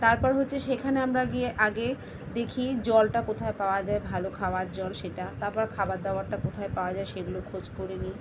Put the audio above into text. তারপর হচ্ছে সেখানে আমরা গিয়ে আগে দেখি জলটা কোথায় পাওয়া যায় ভালো খাওয়ার জল সেটা তাপর খাবার দাবারটা কোথায় পাওয়া যায় সেগুলো খোঁজ করে নিই